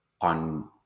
on